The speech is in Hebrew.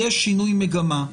יש שינוי מגמה,